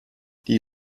die